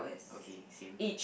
okay same